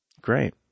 Great